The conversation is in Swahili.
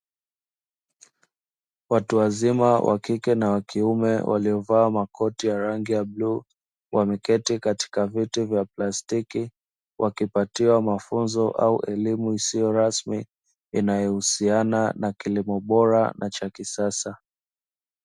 Watu wazima wa kike na wa kiume waliovaa makoti ya rangi ya bluu wameketi katika viti vya plastiki wakipatiwa mafunzo au elimu isiyo rasmi inayohusiana na kilimo bora na cha kisasa.